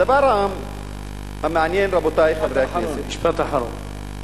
הדבר המעניין, רבותי חברי הכנסת, משפט אחרון.